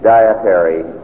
Dietary